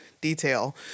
detail